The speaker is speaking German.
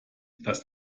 das